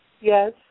Yes